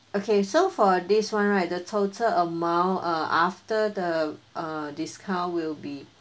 okay so for this [one] right the total amount uh after the discount will be